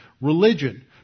religion